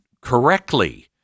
correctly